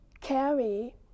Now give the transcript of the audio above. carry